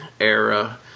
era